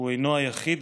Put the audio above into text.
הוא אינו היחיד,